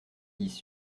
dix